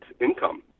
income